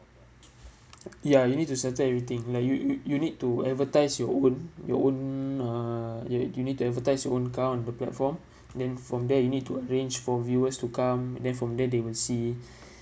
ya you need to settle everything like you you you need to advertise your own your own uh you you need to advertise your own car on the platform then from there you need to arrange for viewers to come and then from there they will see